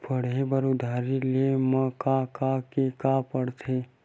पढ़े बर उधारी ले मा का का के का पढ़ते?